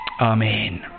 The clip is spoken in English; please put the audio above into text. Amen